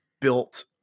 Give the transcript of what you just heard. built